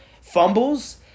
fumbles